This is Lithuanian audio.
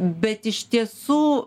bet iš tiesų